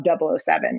007